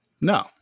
no